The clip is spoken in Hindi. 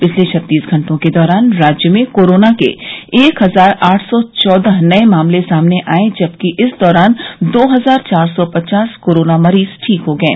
पिछले छत्तीस घंटों के दौरान राज्य में कोरोना के एक हजार आठ सौ चौदह नये मामले सामने आये जबकि इस दौरान दो हजार चार सौ पचास कोरोना मरीज ठीक हो गये